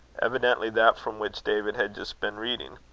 evidently that from which david had just been reading.